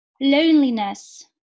loneliness